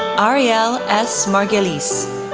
arielle s. margulies,